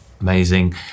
amazing